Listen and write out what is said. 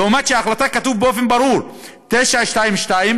למרות שבהחלטה כתוב באופן ברור: 922,